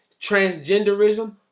transgenderism